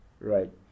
right